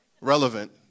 relevant